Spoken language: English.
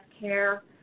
care